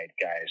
guys